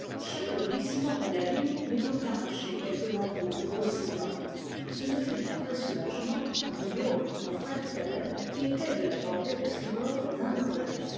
chaque glissement de la ligne m'ayant arraché quelque lambeau de peau saignante ce me fut un vrai soulagement quand guillaume mon frère cadet qui était de la bordée de tribord vint me relever